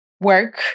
work